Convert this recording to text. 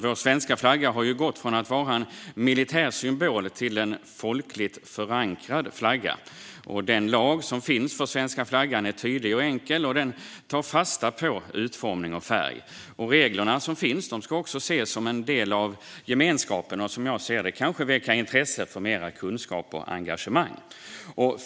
Vår svenska flagga har gått från att vara en militär symbol till att bli en folkligt förankrad flagga. Den lag som finns för svenska flaggan är tydlig och enkel och tar fasta på utformning och färg. De regler som finns ska ses som en del av gemenskapen och, som jag ser det, kanske väcka intresse för mer kunskap och engagemang.